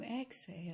exhale